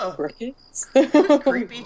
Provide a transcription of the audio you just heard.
creepy